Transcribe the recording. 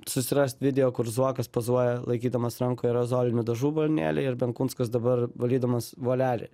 susirast video kur zuokas pozuoja laikydamas rankoj aerozolinių dažų balionėlį ir benkunskas dabar valydamas volelį